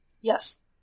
Yes